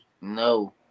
no